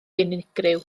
unigryw